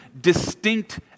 distinct